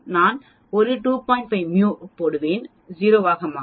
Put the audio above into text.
5 μ போடுவேன் 0 ஆக மாறும்